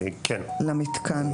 למתקן.